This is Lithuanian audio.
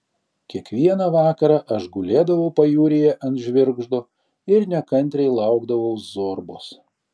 kiekvieną vakarą aš gulėdavau pajūryje ant žvirgždo ir nekantriai laukdavau zorbos